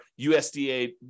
USDA